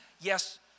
Yes